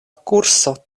kurso